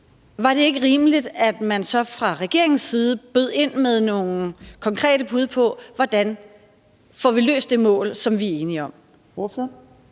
Var det ikke rimeligt, at man så fra regeringens side bød ind med nogle konkrete bud på, hvordan vi får løst det, så vi når det mål, som vi er enige om?